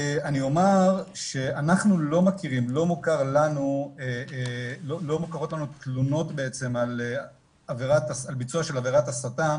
אני אומר שאנחנו לא מכירים תלונות על ביצוע של עבירת הסתה